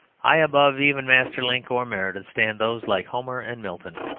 high above even maeterlinck or meredith stand those, like homer and milton,